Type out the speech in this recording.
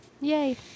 Yay